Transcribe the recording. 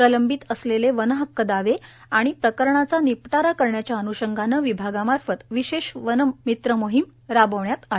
प्रलंबित असलेले वन हक्क दावे आणि प्रकरणांचा निपटारा करण्याच्या अनुषंगाने विभागामार्फत विशेष वनमित्र मोहीम राबवण्यात आली